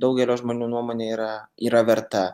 daugelio žmonių nuomonė yra yra verta